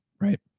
right